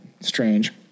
Strange